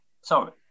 sorry